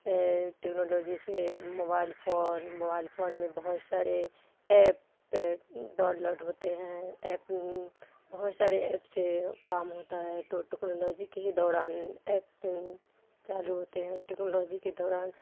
technology سے mobile phone mobile phone میں بہت سارے ایپ ڈاؤن لوڈ ہوتے ہیں ایپ بہت سارے ایپ سے کام ہوتا ہے ٹو ٹوکنالوجی کے ہی دوران ایپ چالو ہوتے ہیں ٹیکنالوجی کے دوران